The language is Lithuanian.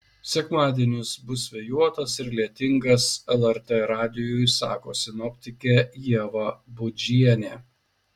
sekmadienis bus vėjuotas ir lietingas lrt radijui sako sinoptikė ieva budžienė